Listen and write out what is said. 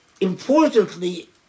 importantly